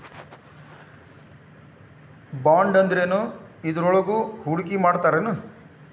ಬಾಂಡಂದ್ರೇನ್? ಇದ್ರೊಳಗು ಹೂಡ್ಕಿಮಾಡ್ತಾರೇನು?